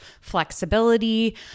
flexibility